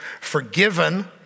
Forgiven